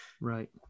Right